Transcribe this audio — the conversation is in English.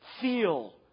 Feel